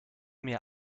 mir